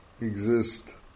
exist